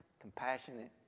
compassionate